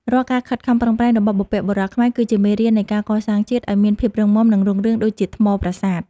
រាល់ការខិតខំប្រឹងប្រែងរបស់បុព្វបុរសគឺជាមេរៀននៃការកសាងជាតិឱ្យមានភាពរឹងមាំ និង រុងរឿងដូចជាថ្មប្រាសាទ។